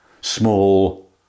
small